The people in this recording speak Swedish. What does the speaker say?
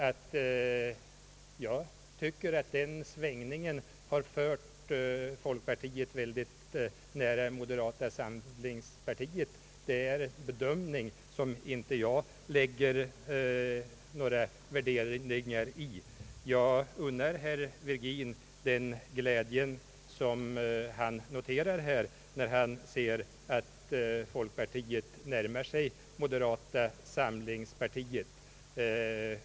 När jag tycker att denna svängning har fört folkpartiet väldigt nära moderata samlingspartiet är det en bedömning som jag inte lägger några värderingar i. Jag unnar herr Virgin den glädje som han noterar när han ser att folkpartiet närmar sig moderata samlingspartiet.